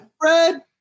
Fred